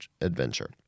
adventure